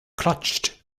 clutched